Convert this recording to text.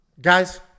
Guys